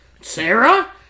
Sarah